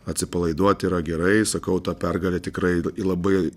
atsipalaiduoti yra gerai sakau ta pergalė tikrai labai